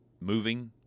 moving